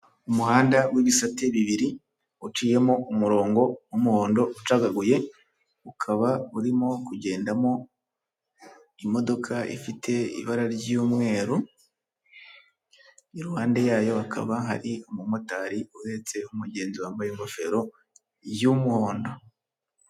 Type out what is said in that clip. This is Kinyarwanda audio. Umuhanda w'ibisate bibiri, uciyemo umurongo w'umuhondo ucagaguye, ukaba urimo kugendamo imodoka ifite ibara ry'umweru, i ruhande yayo hakaba hari umumotari uhetse umugenzi wambaye ingofero y'umuhondo.